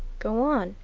go on,